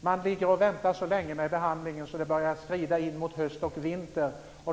Man väntar så länge med behandlingen att det börjar skrida in mot höst och vinter.